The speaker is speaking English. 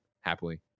happily